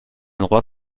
droit